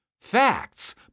Facts